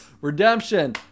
Redemption